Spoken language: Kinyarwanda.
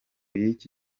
y’iki